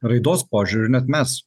raidos požiūriu net mes